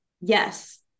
yes